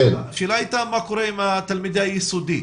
השאלה הייתה מה קורה עם תלמידי היסודי.